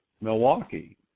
Milwaukee